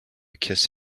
kiss